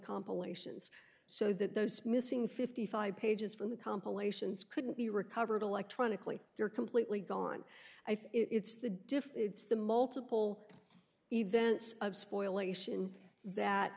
compilations so that those missing fifty five pages from the compilations couldn't be recovered electronically they're completely gone i think it's the diff it's the multiple events of spoil ation that